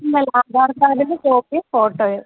ആധാർ കാർഡിൻ്റെ കോപ്പിയും ഫോട്ടോയും